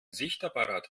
sichtapparat